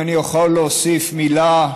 אם אני יכול להוסיף מילה,